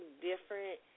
different